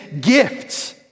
gifts